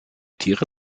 tiere